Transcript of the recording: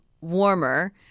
warmer